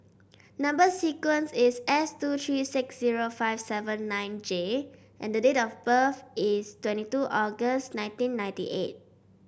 number sequence is S two three six zero five seven nine J and the date of birth is twenty two August nineteen ninety eight